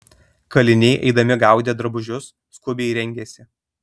kaliniai eidami gaudė drabužius skubiai rengėsi